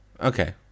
Okay